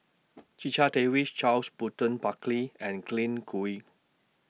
Checha Davies Charles Burton Buckley and Glen Goei